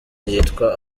yitwa